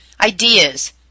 ideas